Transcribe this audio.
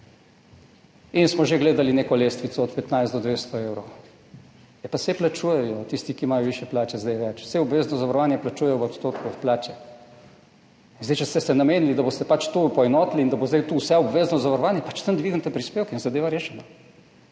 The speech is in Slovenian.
In smo že gledali neko lestvico od 15 do 200 evrov. Ja pa saj plačujejo tisti, ki imajo višje plače, zdaj več. Saj obvezno zavarovanje plačujejo v odstotku od plače. In če ste se namenili, da boste pač to poenotili in da bo zdaj to vse obvezno zavarovanje, samo dvignite prispevke in zadeva je rešena.